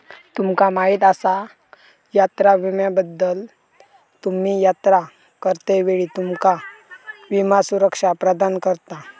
तुमका माहीत आसा यात्रा विम्याबद्दल?, तुम्ही यात्रा करतेवेळी तुमका विमा सुरक्षा प्रदान करता